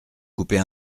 couper